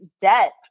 debt